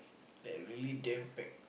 like really damn packed